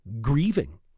grieving